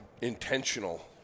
intentional